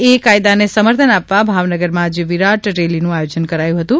એ કાયદાને સમર્થન આપવા ભાવનગરમાં આજે વિરાટ રેલીનું આયોજન કરાયું હતુ